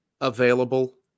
available